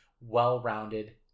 well-rounded